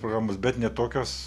programos bet ne tokios